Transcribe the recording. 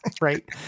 Right